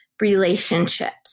relationships